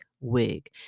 wig